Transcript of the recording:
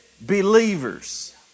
believers